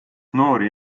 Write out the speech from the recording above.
noori